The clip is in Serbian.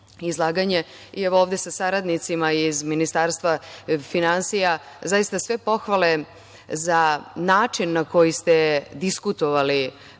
i evo ovde sa saradnicima iz Ministarstva finansija zaista sve pohvale za način na koji ste diskutovali